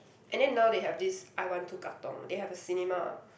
and then now they have this I one two Katong they have a cinema